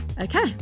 Okay